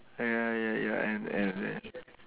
ya ya ya and and and